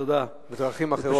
בדרכים אחרות.